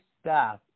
staff